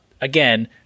again